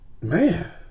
man